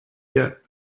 yet